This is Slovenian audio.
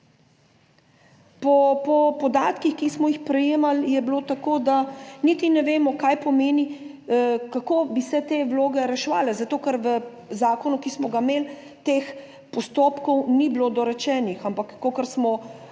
Po podatkih, ki smo jih prejemali, je bilo tako, da niti ne vemo, kaj pomeni, kako bi se te vloge reševale, zato ker v zakonu, ki smo ga imeli, teh postopkov ni bilo dorečenih, ampak kakor smo,